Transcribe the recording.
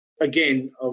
again